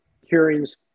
hearings